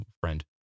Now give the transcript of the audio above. friend